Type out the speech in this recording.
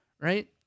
Right